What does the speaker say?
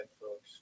folks